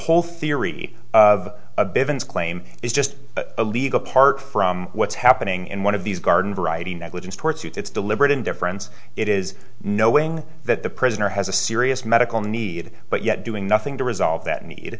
whole theory of bevan's claim is just a legal part from what's happening in one of these garden variety negligence torts it's deliberate indifference it is knowing that the prisoner has a serious medical need but yet doing nothing to resolve that need